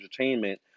entertainment